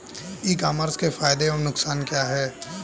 ई commerce के फायदे एवं नुकसान क्या हैं?